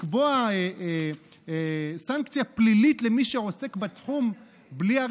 לקבוע סנקציה פלילית למי שעוסק בתחום בלי,